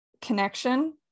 connection